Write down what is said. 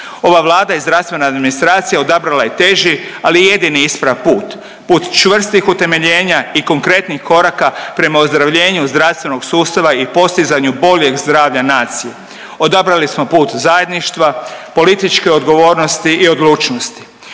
Ova Vlada i zdravstvena administracija odabrala je teži, ali jedini isprav put, put čvrstih utemeljenja i konkretnih koraka prema ozdravljenju zdravstvenog sustava i postizanju boljeg zdravlja nacije. Odabrali smo put zajedništva, političke odgovornosti i odlučnosti.